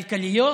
כלכליות.